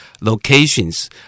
locations